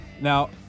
Now